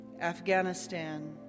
Afghanistan